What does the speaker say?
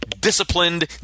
disciplined